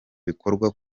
bikorwa